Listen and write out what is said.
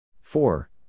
Four